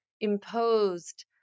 imposed